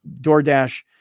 DoorDash